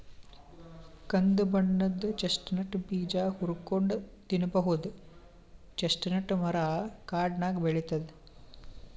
ಕಂದ್ ಬಣ್ಣದ್ ಚೆಸ್ಟ್ನಟ್ ಬೀಜ ಹುರ್ಕೊಂನ್ಡ್ ತಿನ್ನಬಹುದ್ ಚೆಸ್ಟ್ನಟ್ ಮರಾ ಕಾಡ್ನಾಗ್ ಬೆಳಿತದ್